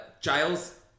Giles